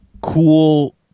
cool